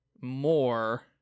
more